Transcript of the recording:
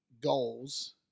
goals